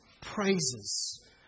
praises